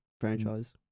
franchise